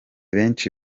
benshi